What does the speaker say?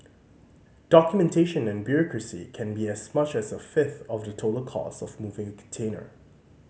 documentation and bureaucracy can be as much as a fifth of the total cost of moving container